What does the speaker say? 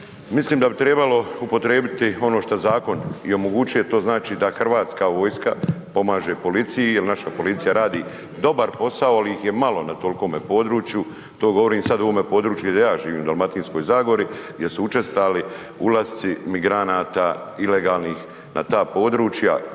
Mislim da bi trebalo upotrijebiti ono što zakon i omogućuje, to znači da hrvatska vojska pomaže policiji jer naša policija radi dobar posao ali ih je malo na tolikome području, to govorim sad o ovome području gdje ja živim, Dalmatinskoj zagori, gdje su učestali ulasci migranata ilegalnih na ta područja.